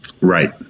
Right